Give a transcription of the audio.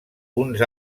uns